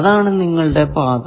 അതാണ് നിങ്ങളുടെ പാത